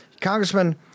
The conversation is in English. Congressman